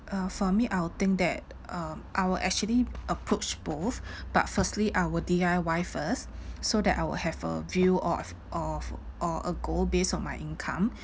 uh for me I would think that um I'll actually approach both but firstly I would D_I_Y first so that I'll have a view of of or a goal based on my income